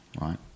Right